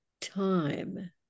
time